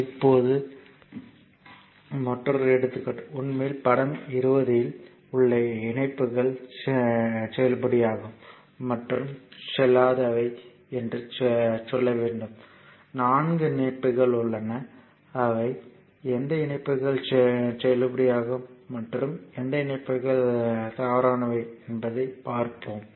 அடுத்து இப்போது மற்றொரு எடுத்துக்காட்டு உண்மையில் படம் 20 இல் உள்ள இணைப்புகள் செல்லுபடியாகும் மற்றும் செல்லாதவை என்று சொல்ல வேண்டும் 4 இணைப்புகள் உள்ளன அவை எந்த இணைப்புகள் செல்லுபடியாகும் மற்றும் எந்த இணைப்புகள் தவறானவை என்பதைப் பார்ப்போம்